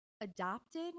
adopted